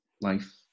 life